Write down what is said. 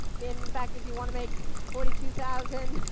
in fact, if you want to make forty two thousand,